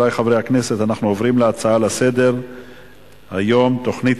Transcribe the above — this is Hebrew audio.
נעבור להצעות לסדר-היום מס' 5790,